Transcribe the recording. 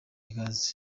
gaz